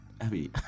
Abby